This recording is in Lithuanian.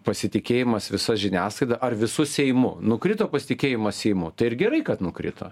pasitikėjimas visa žiniasklaida ar visu seimu nukrito pasitikėjimas seimu tai ir gerai kad nukrito